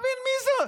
תבין מי זאת,